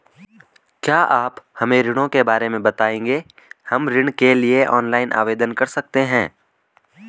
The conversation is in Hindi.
क्या आप हमें ऋणों के प्रकार के बारे में बताएँगे हम ऋण के लिए ऑनलाइन आवेदन कर सकते हैं?